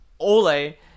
Ole